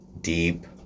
Deep